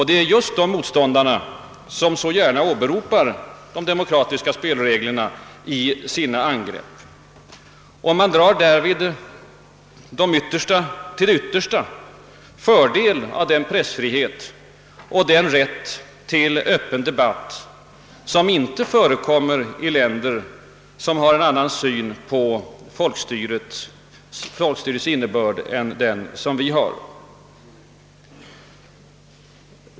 Det är just dessa motståndare som så gärna åberopar de demokratiska rättigheterna i sina angrepp och därvid till det yttersta drar fördel av den pressfrihet och den rätt till öppen debatt som inte förekommer i länder som har en annan syn på folkstyrets innebörd än vi.